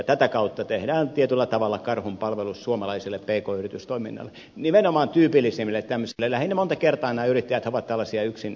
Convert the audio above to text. tätä kautta tehdään tietyllä tavalla karhunpalvelus suomalaiselle pk yritystoiminnalle nimenomaan tyypillisimmille tämmöisille monta kertaa nämä yrittäjäthän ovat lähinnä tällaisia yksinyrittäjiä